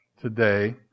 today